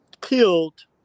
killed